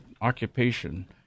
occupation